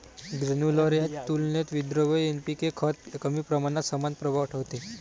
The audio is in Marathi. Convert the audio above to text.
ग्रेन्युलर च्या तुलनेत विद्रव्य एन.पी.के खत कमी प्रमाणात समान प्रभाव ठेवते